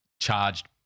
charged